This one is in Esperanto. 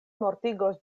mortigos